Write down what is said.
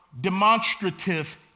demonstrative